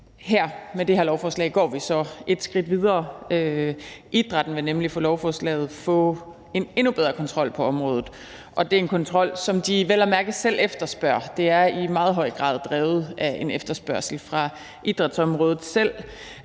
Med det her lovforslag går vi så et skridt videre: Idrætten vil nemlig med lovforslaget få en endnu bedre kontrol med området. Og det er en kontrol, som de vel at mærke også selv efterspørger; det er i meget høj grad drevet af en efterspørgsel fra idrætsområdet selv.